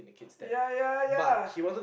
ya ya ya